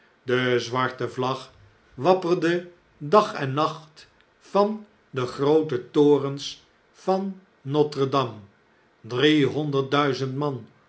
de zwarte vlag wapperde dag en nacht van de groote torens van notre